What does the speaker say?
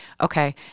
Okay